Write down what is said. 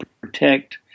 protect